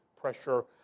pressure